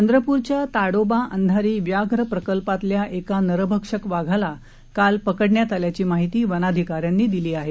चंद्रपूरच्या ताडोबा अंधारी व्याघ्र प्रकल्पातल्या एका नरभक्षक वाघाला काल पकडण्यात आल्याची माहिती वनाधिकाऱ्यांनी दिली आहे